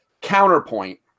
counterpoint